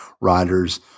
riders